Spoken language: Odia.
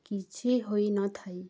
କିଛି ହୋଇନଥାଏ